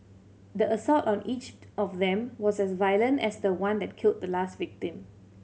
the assault on each of them was as violent as the one that killed the last victim